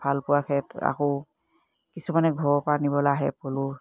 ভাল পোৱা আকৌ কিছুমানে ঘৰৰ পৰা নিবলে আহে পলো